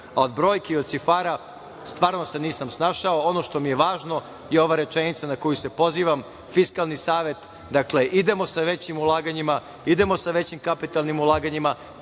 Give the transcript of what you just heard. a od brojki i cifara stvarno se nisam snašao. Ono što mi je važno je ova rečenica na koju se pozivam – Fiskalni savet. Dakle, idemo sa većim ulaganjima, idemo sa većim kapitalnim ulaganjima,